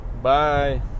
Bye